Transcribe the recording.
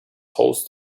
host